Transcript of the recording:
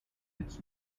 its